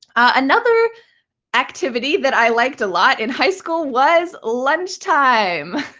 another activity that i liked a lot in high school was lunchtime.